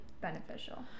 beneficial